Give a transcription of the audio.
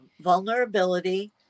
vulnerability